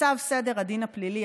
צו סדר הדין הפלילי,